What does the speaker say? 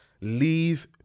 leave